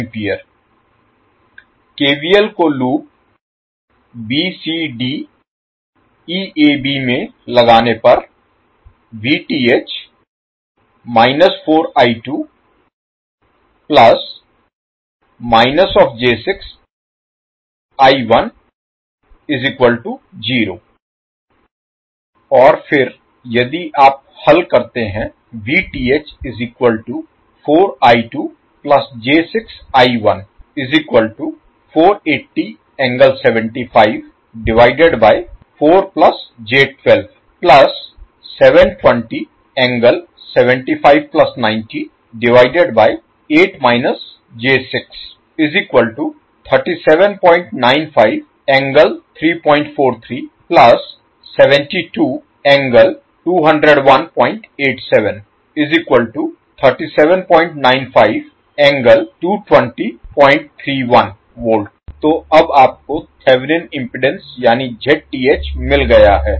इसलिए केवीएल को loop bcdeab में लगाने पर और फिर यदि आप हल करते हैं तो अब आपको थेवेनिन इम्पीडेन्स यानी Zth मिल गया है